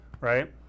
right